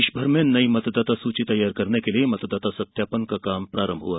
देशभर में नई मतदाता सूची तैयार करने के लिए मतदाता सत्यापन का काम प्रारंभ हुआ